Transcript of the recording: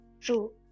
true